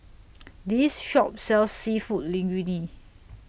This Shop sells Seafood Linguine